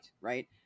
right